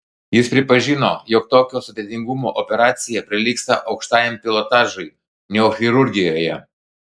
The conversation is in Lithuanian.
jis pripažino jog tokio sudėtingumo operacija prilygsta aukštajam pilotažui neurochirurgijoje